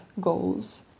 goals